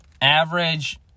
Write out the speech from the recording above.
average